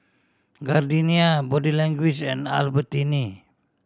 Gardenia Body Language and Albertini